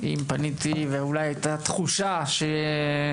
אני רוצה להגיד שאם הייתה תחושה שפניתי